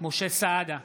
משה סעדה,